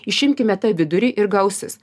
išimkime tą vidurį ir gausis